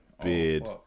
beard